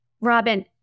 Robin